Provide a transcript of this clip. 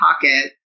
pocket